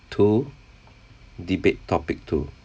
two debate topic two